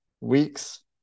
weeks